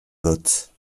wird